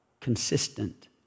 consistent